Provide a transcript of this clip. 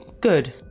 Good